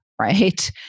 right